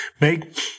Make